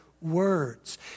words